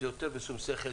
זה יותר בשום שכל,